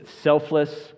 selfless